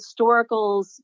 historicals